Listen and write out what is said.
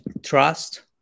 trust